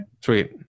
Sweet